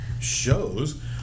shows